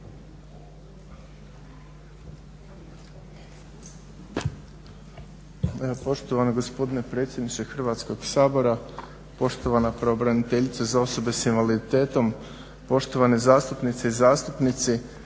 Poštovani gospodine predsjedniče Hrvatskog sabora, poštovana pravobraniteljice za osobe s invaliditetom, poštovane zastupnice i zastupnici.